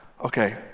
Okay